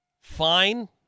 fine